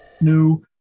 new